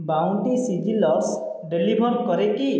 bounty sizzlers deliver କରେ କି